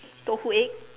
tofu egg